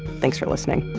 thanks for listening